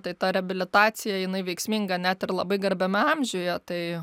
tai ta reabilitacija jinai veiksminga net ir labai garbiame amžiuje tai